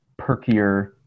perkier